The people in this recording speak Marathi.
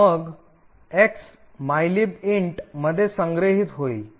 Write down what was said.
मग x mylib int mylib int मध्ये संग्रहित होईल